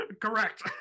correct